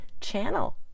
channel